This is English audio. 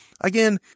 again